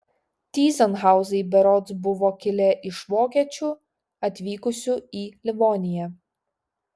tyzenhauzai berods buvo kilę iš vokiečių atvykusių į livoniją